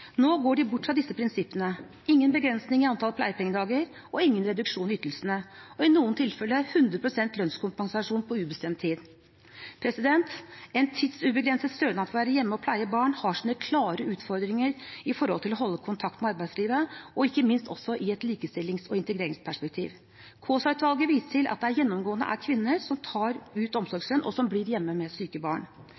Nå går de bort fra disse prinsippene: ingen begrensninger i antall pleiepengedager og ingen reduksjon i ytelsene, og i noen tilfeller 100 pst. lønnskompensasjon på ubestemt tid. En tidsubegrenset stønad for å være hjemme og pleie barn har sine klare utfordringer når det gjelder å holde kontakten med arbeidslivet og ikke minst også i et likestillings- og integreringsperspektiv. Kaasa-utvalget viser til at det gjennomgående er kvinner som tar ut